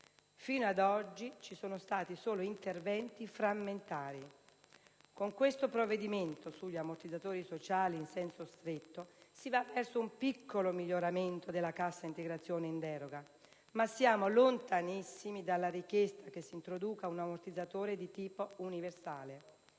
fino ad oggi ci sono stati solo interventi frammentari. Con questo provvedimento sugli ammortizzatori sociali in senso stretto si va verso un piccolo miglioramento della cassa integrazione in deroga, ma siamo lontanissimi dalla richiesta che si introduca un ammortizzatore di tipo universale.